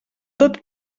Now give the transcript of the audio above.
tot